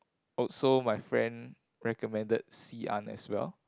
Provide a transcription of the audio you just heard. also my friend recommended Xi-an as well